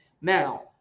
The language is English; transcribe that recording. now